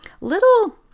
little